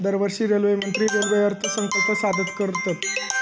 दरवर्षी रेल्वेमंत्री रेल्वे अर्थसंकल्प सादर करतत